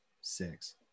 six